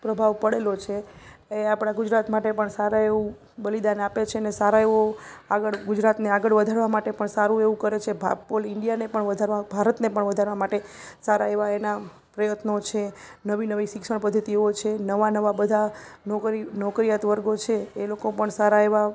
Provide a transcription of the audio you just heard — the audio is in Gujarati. પ્રભાવ પડેલો છે એ આપણા ગુજરાત માટે પણ સારા એવું બલિદાન આપે છે ને સારા એવો આગળ ગુજરાતને આગળ વધારવા માટે પણ સારું એવું કરે છે ઇન્ડિયાને પણ વધારવા ભારતને પણ વધારવા માટે સારા એવા એના પ્રયત્નો છે નવી નવી શિક્ષણ પદ્ધતિઓ છે નવા નવા બધા નોકરી નોકરિયાત વર્ગો છે એ લોકો પણ સારા એવા